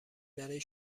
برای